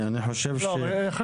אני חושב שזה מה